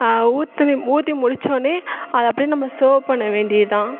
ஊற்றிவி ஊற்றி முடிச்சோடன்னே அதை அப்படியே நம்ம சர்வ் பண்ண வேண்டியதுதான்